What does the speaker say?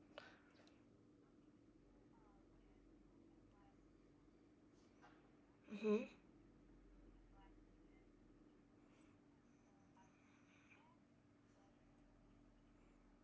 mmhmm